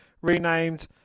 renamed